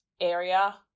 area